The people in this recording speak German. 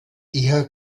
eher